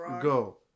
go